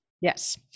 Yes